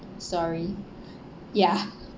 sorry ya